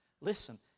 Listen